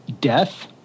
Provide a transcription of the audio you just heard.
death